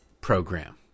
program